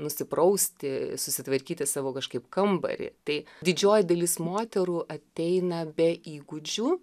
nusiprausti susitvarkyti savo kažkaip kambarį tai didžioji dalis moterų ateina be įgūdžių